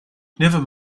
never